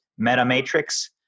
MetaMatrix